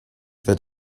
that